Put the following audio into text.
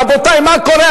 רבותי, מה קורה?